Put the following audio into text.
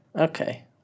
Okay